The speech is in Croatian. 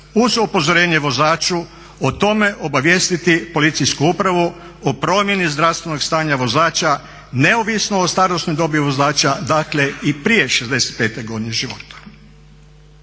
uz upozorenje vozaču o tome obavijestiti policijsku upravu o promjeni zdravstvenog stanja vozača neovisno o starosnoj dobi vozača dakle i prije 65 godine života.